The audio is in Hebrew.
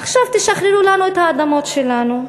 עכשיו תשחררו לנו את האדמות שלנו,